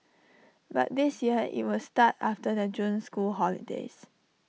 but this year IT will start after the June school holidays